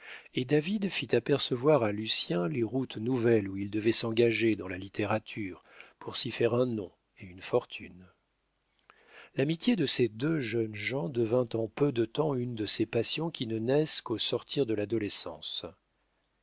et david fit apercevoir à lucien les routes nouvelles où il devait s'engager dans la littérature pour s'y faire un nom et une fortune l'amitié de ces deux jeunes gens devint en peu de jours une de ces passions qui ne naissent qu'au sortir de l'adolescence